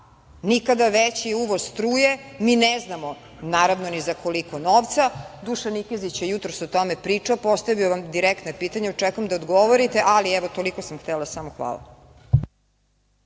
Nikada veći uvoz struje. Mi ne znamo, naravno, ni za koliko novca. Dušan Nikezić je o tome jutros pričao, postavio vam direktna pitanja i očekujem da odgovorite, ali toliko sam htela. Hvala.